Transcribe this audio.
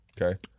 Okay